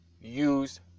use